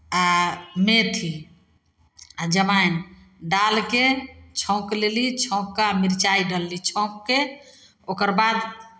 आ मेथी आ जमाइन डालि कऽ छौँक लेली छौँक कऽ आ मिर्चाइ डालली छौँक कऽ ओकर बाद